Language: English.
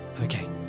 okay